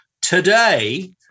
Today